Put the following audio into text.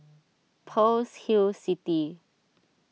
Pearl's Hill City